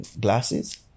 Glasses